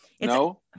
No